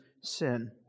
sin